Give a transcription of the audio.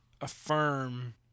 affirm